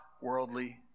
worldly